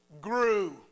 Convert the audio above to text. grew